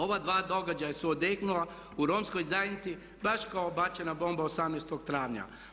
Ova dva događaja su odjeknula u romskoj zajednici baš kao bačena bomba 18.travnja.